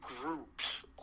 groups